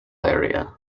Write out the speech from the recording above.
area